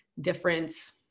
difference